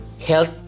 Health